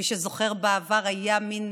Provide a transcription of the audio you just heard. מי שזוכר, בעבר היה מין: